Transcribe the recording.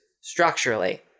structurally